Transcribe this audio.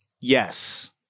Yes